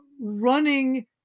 running